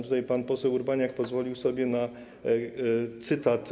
Tutaj pan poseł Urbaniak pozwolił sobie na cytat.